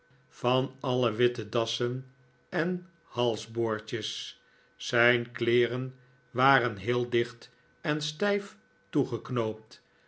van alle witte dassen en halsboordjes zijn kleeren waren heel dicht en stij